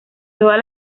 todas